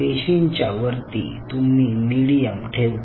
पेशींच्या वरती तुम्ही मीडियम ठेवता